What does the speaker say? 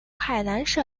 海南省